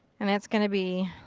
and that's gonna be